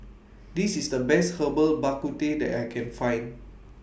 This IS The Best Herbal Bak Ku Teh that I Can Find